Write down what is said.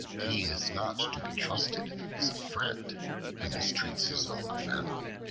he is not to be trusted as a friend who mistreats his own family.